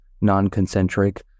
non-concentric